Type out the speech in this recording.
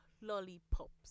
lollipops